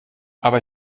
aber